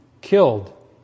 killed